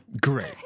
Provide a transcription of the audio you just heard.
Great